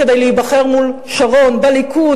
כדי להיבחר מול שרון בליכוד,